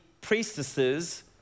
priestesses